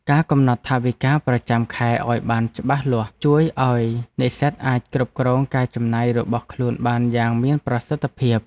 ការកំណត់ថវិកាប្រចាំខែឱ្យបានច្បាស់លាស់ជួយឱ្យនិស្សិតអាចគ្រប់គ្រងការចំណាយរបស់ខ្លួនបានយ៉ាងមានប្រសិទ្ធភាព។